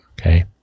Okay